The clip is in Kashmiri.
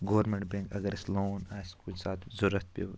گورمیٚنٛٹ بیٚنٛک اگر اسہِ لون آسہِ کُنہ ساتہٕ ضروٗرت پیٛو